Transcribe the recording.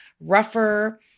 rougher